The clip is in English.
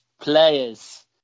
players